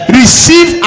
receive